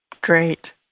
Great